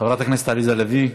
חברת הכנסת עליזה לביא.